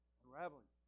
unraveling